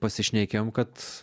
pasišnekėjom kad